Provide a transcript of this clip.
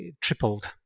tripled